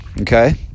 okay